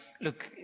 look